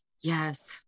Yes